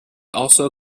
also